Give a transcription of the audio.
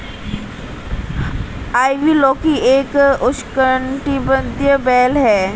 ivy लौकी एक उष्णकटिबंधीय बेल है